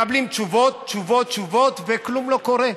מקבלים תשובות, תשובות, תשובות, וכלום לא קורה.